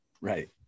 right